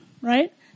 right